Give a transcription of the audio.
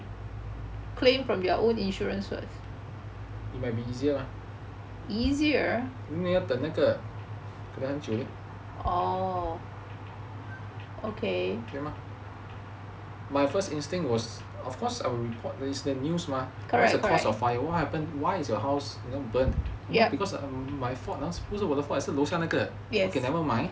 it might be easier mah 因为要等那个可能很久 leh 对吗 my first instinct was of course a report is the news mah what is the cause of fire what happen why is your house burnt ya because not my fault ah 不是我的 fault 是楼下那个 okay never mind